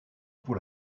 pour